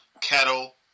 Kettle